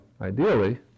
Ideally